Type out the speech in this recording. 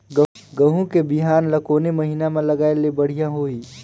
गहूं के बिहान ल कोने महीना म लगाय ले बढ़िया होही?